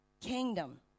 Kingdom